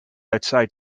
outside